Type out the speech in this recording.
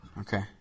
Okay